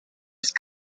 ist